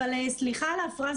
אבל סליחה על ההפרעה,